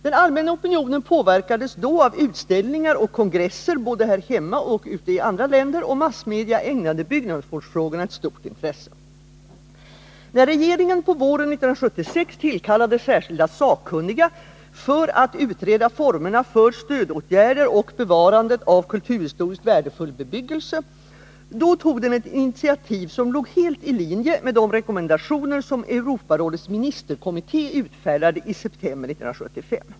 Den allmänna opinionen påverkades då av utställningar och kongresser både här hemma och i andra länder, och massmedia ägnade byggnadsvårdsfrågorna ett stort intresse. När regeringen på våren 1976 tillkallade särskilda sakkunniga för att utreda ”formerna för stödåtgärder för vård och bevarande av kulturhistoriskt värdefull bebyggelse”, tog den ett initiativ som låg helt i linje med de rekommendationer som Europarådets ministerkommitté utfärdade i september 1975.